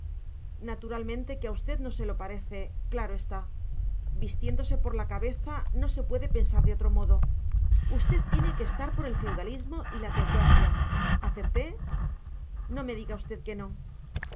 naturalmente que a usted no se lo parece claro está vistiéndose por la cabeza no se puede pensar de otro modo usted tiene que estar por el feudalismo y la teocracia acerté no me diga usted que no